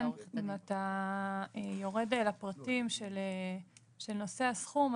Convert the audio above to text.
אם אתה יורד לפרטים של נושא הסכום,